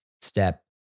step